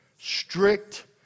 strict